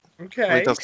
Okay